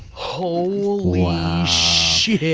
holy shit.